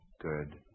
good